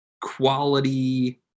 quality